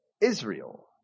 Israel